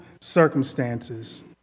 circumstances